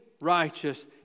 righteous